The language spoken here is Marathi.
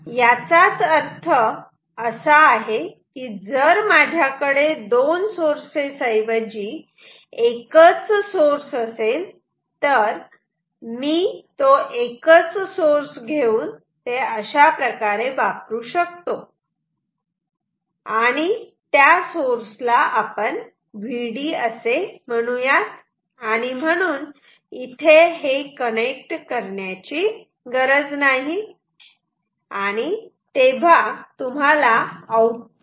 याचाच अर्थ असा की जर माझ्याकडे दोन सोर्सेस ऐवजी एकच सोर्स असेल तर मी तो एकच सोर्स घेऊन ते अशा प्रकारे वापरू शकतो आणि त्याला Vd असे म्हणूयात आणि म्हणून इथे हे कनेक्ट करण्याची गरज नाही